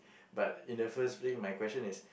but in the first place my question is